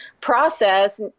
process